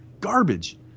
garbage